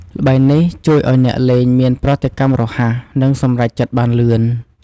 ល្បែងនេះជួយឲ្យអ្នកលេងមានប្រតិកម្មរហ័ស និងសម្រេចចិត្តបានលឿន។